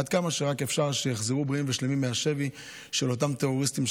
עד כמה שרק אפשר שיחזרו בריאים ושלמים מהשבי של אותם טרוריסטים,